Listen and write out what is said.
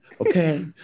Okay